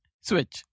Switch